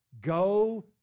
Go